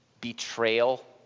betrayal